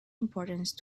importance